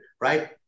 right